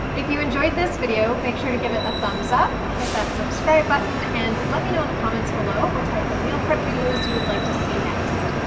if you enjoyed this video, make sure to give it a thumbs up, hit that subscribe button, and let me know in the comments below what type of meal prep videos you would like to see next.